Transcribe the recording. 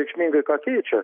reikšmingai ką keičia